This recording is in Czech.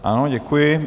Ano, děkuji.